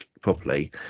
properly